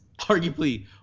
arguably